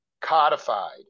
codified